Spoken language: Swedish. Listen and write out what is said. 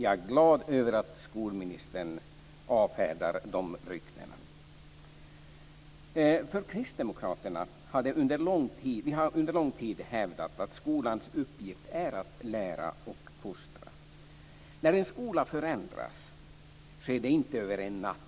Jag är glad över att skolministern avfärdar de ryktena. Vi i Kristdemokraterna har under lång tid hävdat att skolans uppgift är att lära och fostra. När en skola förändras sker det inte över en natt.